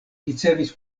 ricevis